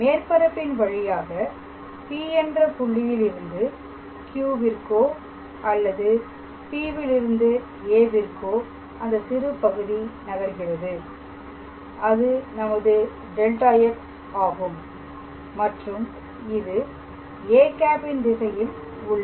மேற்பரப்பின் வழியாக P என்ற புள்ளியில் இருந்து Q விற்கோ அல்லது P விலிருந்து A விற்கு அந்த சிறுபகுதி நகர்கிறது அது நமது δx ஆகும் மற்றும் இது â ன் திசையில் உள்ளது